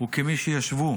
וכמי שישבו